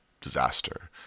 disaster